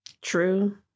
True